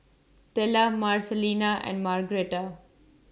Tella Marcelina and Margretta